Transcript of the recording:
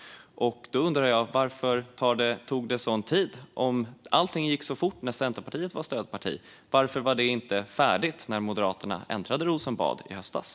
Jag undrar varför det tog sådan tid om allt gick så fort när Centerpartiet var stödparti. Varför var det inte färdigt när Moderaterna äntrade Rosenbad i höstas?